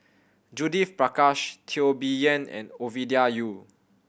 Judith Prakash Teo Bee Yen and Ovidia Yu